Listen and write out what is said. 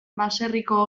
baserriko